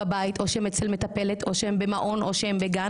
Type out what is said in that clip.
שיאפשר לכולם להתנהל באופן הגיוני בגן